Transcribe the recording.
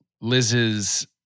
Liz's